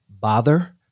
bother